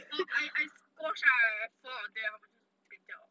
or I I squash ah I fall on them 它们就扁掉